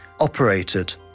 operated